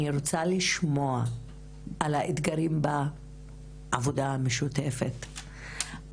אני רוצה לשמוע על האתגרים בעבודה המשותפת,